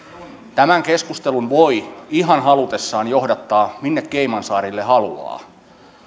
tämän keskustelun voi ihan halutessaan johdattaa minne caymansaarille haluaa